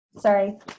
Sorry